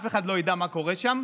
אף אחד לא ידע מה קורה שם,